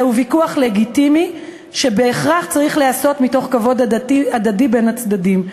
זהו ויכוח לגיטימי שבהכרח צריך להיעשות בכבוד הדדי בין הצדדים.